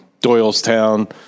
Doylestown